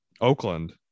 Oakland